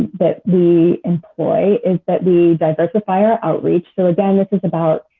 that we employ is that we diversify our outreach. so again, this is about,